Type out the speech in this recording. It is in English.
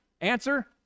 Answer